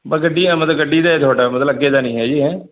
ਵਾ ਗੱਡੀ ਆ ਮਤਲਬ ਗੱਡੀ ਦਾ ਤੁਹਾਡਾ ਮਤਲਬ ਅੱਗੇ ਦਾ ਨਹੀਂ ਹੈ ਜੀ ਹੈ